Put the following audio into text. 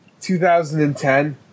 2010